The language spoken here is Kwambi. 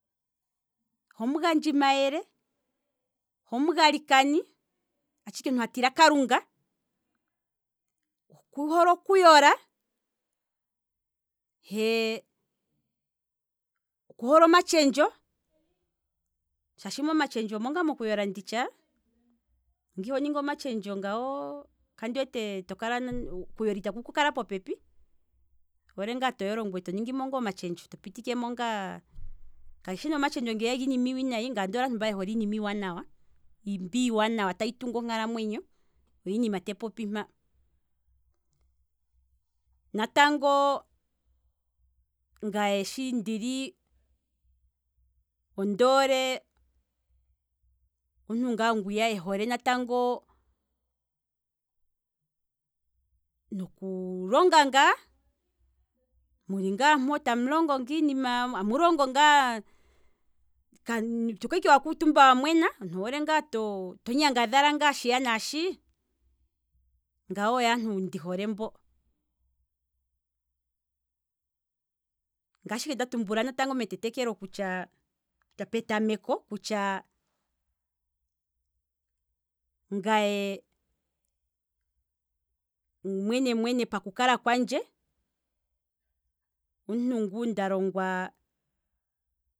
He omugandji mayele. he omugalikani, atshiti omuntu ha tila kalunga. oku hole okuyola, he oku hole omatshendjo, shaashi momatshendjo omo ngaa moku yola nditsha, shaashi omuntu nge iho ningi omatshendjo oku yola itaku ku kala po pepi, owoole ngaa toyolo ngweye to ningimo ngaa omatshendjo, to pitikemo ngaa, kayishi ne omatshendjo ngeya giinima iiwinayi, ngaye ondi hole ngaa iinima iiwanawa, mbi iiwanawa tayi tungu onkalamwenyo oyo iinima tandi popi mpaa, natango ngaye shi ndili, ondoole omuntungaa ngwiya ehole natango, noku longa ngaa, muli ngaa mpo tamu longo iinima, noku longa amu longo ngaa, ito kala ike wakuutumba ike wamwena, to kala ngaa tonyangadhala shiya naashi, mbono oyo aantu ndi hole mbo, ngashi ngaa nda popya nale metetekelo, petameko kutya, ngaye umwene mwene paku kala kwandje, omuntu nguu nda longwaa